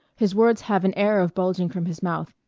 his words have an air of bulging from his mouth,